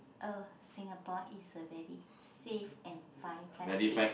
oh Singapore is a very safe and fine country